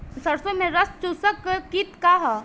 सरसो में रस चुसक किट का ह?